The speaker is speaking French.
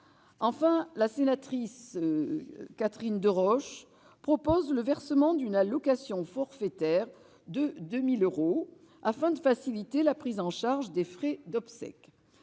Enfin, notre collègue Catherine Deroche propose le versement d'une allocation forfaitaire de 2 000 euros afin de faciliter la prise en charge des frais d'obsèques.